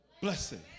blessing